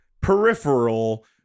peripheral